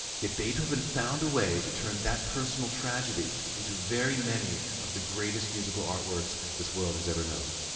yet beethoven found a way to turn that personal tragedy into very many of the greatest musical art works this world has ever known.